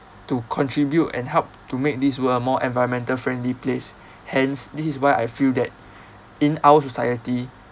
to contribute and help to make this world more environmental friendly place hence this is why I feel that in our society